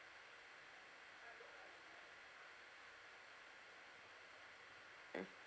mm